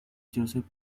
joseph